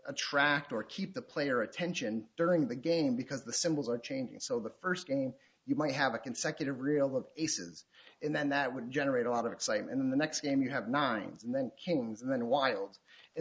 attract or keep the player attention during the game because the symbols are changing so the first game you might have a consecutive real of aces and then that would generate a lot of excitement in the next game you have nine and then kingdoms and then wil